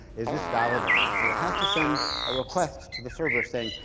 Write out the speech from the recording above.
is this valid or not? so it has to send a request to the server saying,